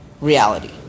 reality